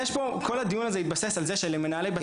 כל הדיון הזה התבסס על זה שלמנהלי בתי